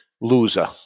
loser